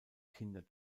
kinder